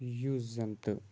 یُس زَن تہٕ